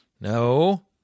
No